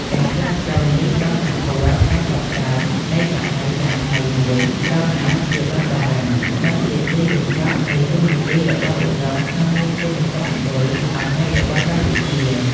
ការផ្លាស់ប្តូរនេះបានសម្គាល់ការចាប់ផ្តើមនៃសម័យកាលថ្មីមួយក្រោមអាណាព្យាបាលបារាំង និងជាទីបញ្ចប់នៃតួនាទីរបស់ឧដុង្គក្នុងនាមជាមជ្ឈមណ្ឌលអំណាចរបស់កម្ពុជា។